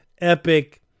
epic